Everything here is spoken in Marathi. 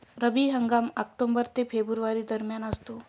रब्बी हंगाम ऑक्टोबर ते फेब्रुवारी दरम्यान असतो